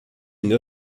une